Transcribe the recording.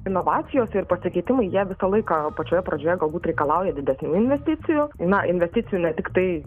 inovacijos ir pasikeitimai jie visą laiką pačioje pradžioje galbūt reikalauja didesnių investicijų na investicijų ne tiktai